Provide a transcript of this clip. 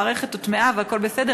המערכת הוטמעה והכול בסדר,